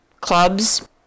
clubs